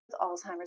Alzheimer's